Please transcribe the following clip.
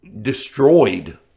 destroyed